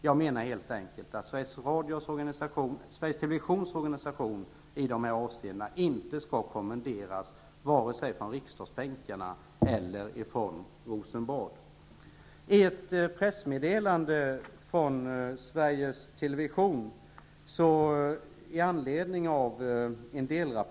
Jag menar helt enkelt att Sveriges Televisions organisation i dessa avseenden inte skall kommenderas vare sig från riksdagsbänkarna eller från Rosenbad.